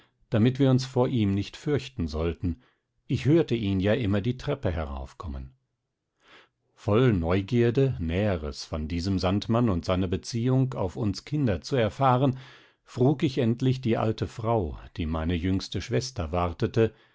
damit wir uns vor ihm nicht fürchten sollten ich hörte ihn ja immer die treppe heraufkommen voll neugierde näheres von diesem sandmann und seiner beziehung auf uns kinder zu erfahren frug ich endlich die alte frau die meine jüngste schwester wartete